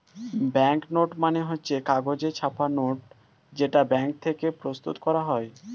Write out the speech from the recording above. bank note মানে হচ্ছে কাগজে ছাপা নোট যেটা ব্যাঙ্ক থেকে প্রস্তুত করা হয়